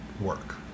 work